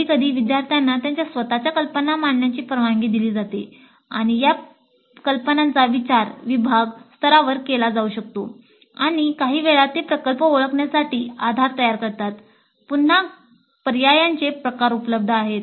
कधीकधी विद्यार्थ्यांना त्यांच्या स्वतःच्या कल्पना मांडण्याची परवानगी दिली जाते आणि या कल्पनांचा विचार विभाग स्तरावर केला जाऊ शकतो आणि काहीवेळा ते प्रकल्प ओळखण्यासाठी आधार तयार करतात पुन्हा पर्यायांचे प्रकार उपलब्ध आहेत